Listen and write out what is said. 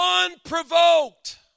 unprovoked